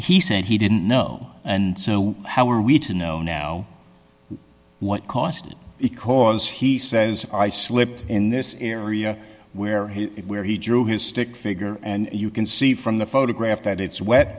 he said he didn't know and so how are we to know now what cost him because he says i slipped in this area where he where he drew his stick figure and you can see from the photograph that it's wet